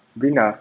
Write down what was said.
brina